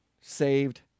Saved